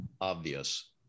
obvious